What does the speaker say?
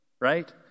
right